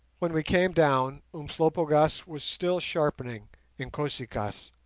when we came down umslopogaas was still sharpening inkosi-kaas,